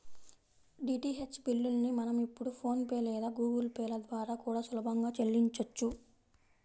DTH బిల్లుల్ని మనం ఇప్పుడు ఫోన్ పే లేదా గుగుల్ పే ల ద్వారా కూడా సులభంగా చెల్లించొచ్చు